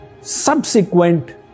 Subsequent